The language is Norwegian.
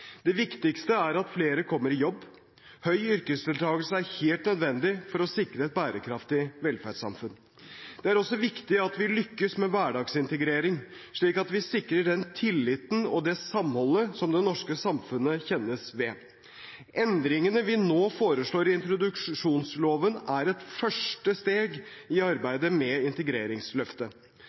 Det viktigste er at flere kommer i jobb. Høy yrkesdeltakelse er helt nødvendig for å sikre et bærekraftig velferdssamfunn. Det er også viktig at vi lykkes med hverdagsintegrering, slik at vi sikrer den tilliten og det samholdet som det norske samfunnet kjennes ved. Endringene vi nå foreslår i introduksjonsloven, er et første steg i arbeidet med integreringsløftet.